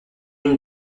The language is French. une